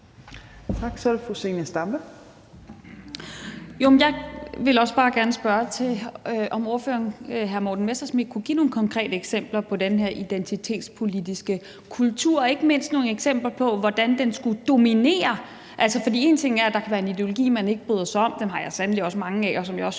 Stampe. Kl. 17:56 Zenia Stampe (RV): Jeg vil også bare gerne spørge til, om ordføreren, hr. Morten Messerschmidt, kunne give nogle konkrete eksempler på den her identitetspolitiske kultur og ikke mindst nogle eksempler på, hvordan den skulle dominere. For én ting er, at der kan være en ideologi, man ikke bryder sig om – dem har jeg sandelig også mange af, og som jeg også